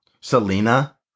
Selena